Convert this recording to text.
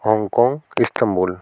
Hong Kong Istanbul